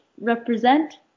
represent